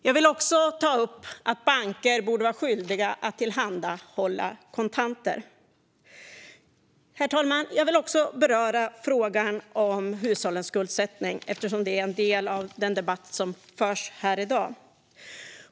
Jag vill också ta upp att banker bör vara skyldiga att tillhandahålla kontanter. Herr talman! Jag vill även beröra frågan om hushållens skuldsättning, eftersom detta är en del av den debatt som förs här i dag.